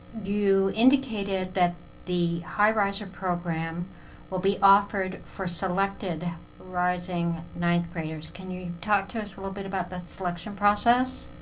you indicated that the high riser program will be offered for selected rising ninth graders. can you talk to us a little bit about that selection process?